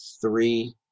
three